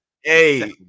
Hey